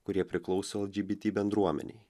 kurie priklauso lgbt bendruomenei